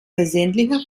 wesentliche